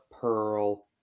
pearl